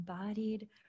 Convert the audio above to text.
embodied